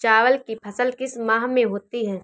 चावल की फसल किस माह में होती है?